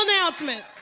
announcement